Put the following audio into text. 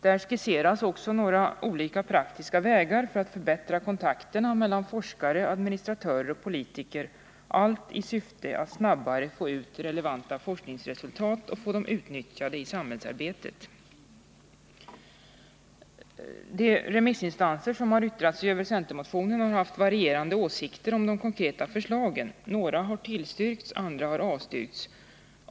Där skisseras också några olika praktiska vägar för att förbättra kontakterna mellan forskare, administratörer och politiker, allt i syfte att snabbare få relevanta forskningsresultat utnyttjade i samhällsarbetet. De remissinstanser som yttrat sig över centermotionen har haft varierande åsikter om de konkreta förslagen. Några har tillstyrkts, andra har avstyrkts.